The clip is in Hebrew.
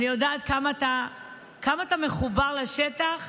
אני יודעת כמה אתה מחובר לשטח.